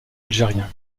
algérien